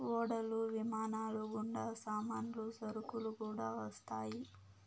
ఓడలు విమానాలు గుండా సామాన్లు సరుకులు కూడా వస్తాయి